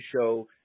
show